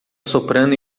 soprando